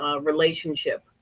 relationship